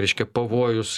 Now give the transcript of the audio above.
reiškia pavojus